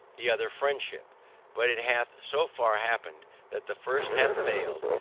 the other friendship but it hath so far happened that the first hath failed,